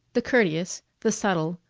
the courteous, the subtle,